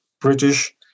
British